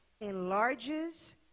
enlarges